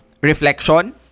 reflection